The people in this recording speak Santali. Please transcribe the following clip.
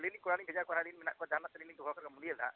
ᱟᱹᱞᱤᱧ ᱞᱤᱧ ᱠᱚᱨᱟᱣ ᱞᱤᱧ ᱵᱷᱮᱡᱟ ᱠᱚᱣᱟ ᱢᱩᱞᱭᱟᱹ ᱦᱟᱸᱜ